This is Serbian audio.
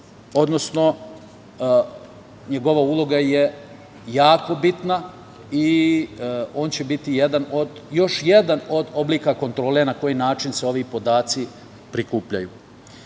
odnosno njegova uloga je jako bitna i on će biti još jedan od oblika kontrole na koji način se ovi podaci prikupljaju. Rešenja